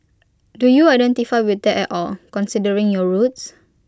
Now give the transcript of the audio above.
do you identify with that at all considering your roots